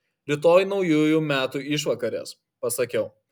rytoj naujųjų metų išvakarės pasakiau